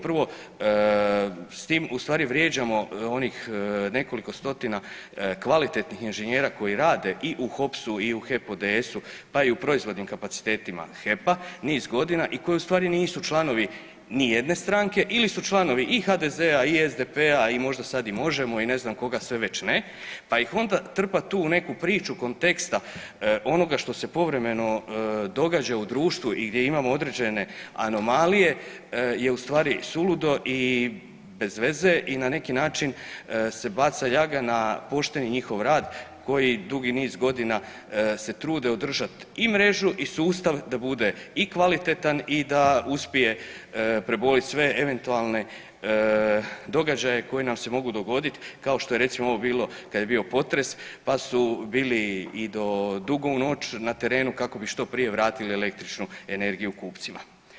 Prvo, s tim u stvari vrijeđamo onih nekoliko stotina kvalitetnih inženjera koji rade i u HOPS-u i u HEP ODS-u, pa i u proizvodnim kapacitetima HEP-a niz godina i koji u stvari nisu članovi nijedne stranke ili su članovi i HDZ-a i SDP-a i možda sad i Možemo! i ne znam koga sve već ne, pa ih onda trpat tu u neku priču konteksta onoga što se povremeno događa u društvu i gdje imamo određene anomalije je u stvari suludo i bez veze i na neki način se baca ljaga na pošteni njihov rad koji dugi niz godina se trude održat i mrežu i sustav da bude i kvalitetan i da uspije prebolit sve eventualne događaje koji nam se mogu dogodit kao što je recimo ovo bilo kad je bio potres pa su bili i do dugo u noć na terenu kako bi što prije vratili električnu energiju kupcima.